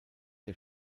der